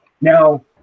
Now